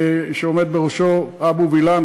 שעומד בראשה אבו וילן,